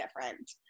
different